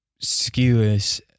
skewers